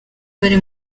bari